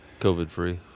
Covid-free